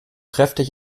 kräftig